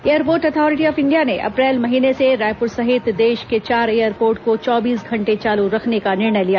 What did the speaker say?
airport authority of India ने April महीने से रायपुर सहित देश के चार एयरपोर्ट को चौबीस घंटे चालू रखने का निर्णय लिया